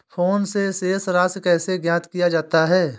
Phone से शेष राशि कैसे ज्ञात किया जाता है?